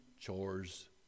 chores